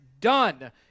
done